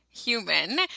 human